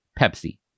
Pepsi